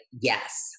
yes